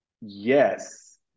Yes